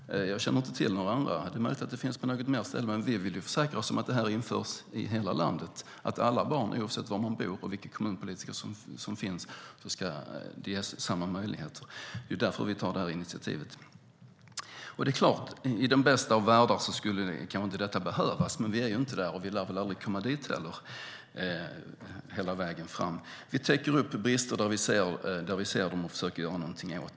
Jag känner inte till exempel från några andra, men det är möjligt att det görs på samma sätt på något mer ställe. Vi vill dock försäkra oss om att det införs i hela landet och att alla barn, oavsett var de bor och vilka kommunpolitiker som finns där, ska ges samma möjligheter. Det är därför vi tar det här initiativet. I den bästa av världar skulle kanske inte detta behövas, men vi är inte där och lär väl aldrig komma dit heller. Vi täcker upp brister där vi ser dem.